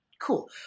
Cool